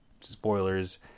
Spoilers